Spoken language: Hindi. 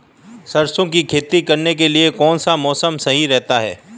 सरसों की खेती करने के लिए कौनसा मौसम सही रहता है?